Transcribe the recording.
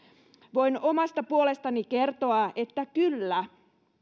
voin omasta puolestani kertoa että kyllä